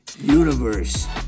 universe